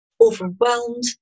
overwhelmed